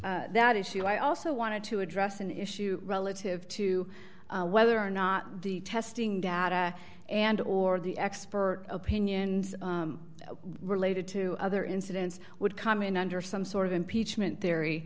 that issue i also wanted to address an issue relative to whether or not the testing data and or the expert opinions related to other incidents would come in under some sort of impeachment the